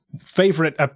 favorite